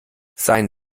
seien